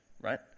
Right